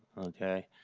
okay,